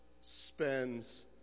spends